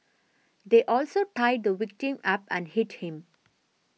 they also tied the victim up and hit him